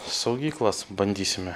saugyklas bandysime